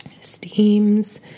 steams